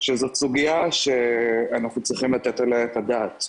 שזאת סוגיה שאנחנו צריכים לתת עליה את הדעת,